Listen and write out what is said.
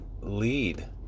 lead